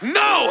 no